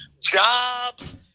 jobs